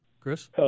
Chris